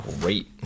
great